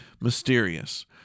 mysterious